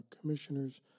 commissioners